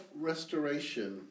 restoration